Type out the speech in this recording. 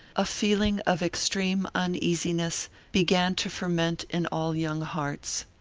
a feeling of extreme uneasiness began to ferment in all young hearts.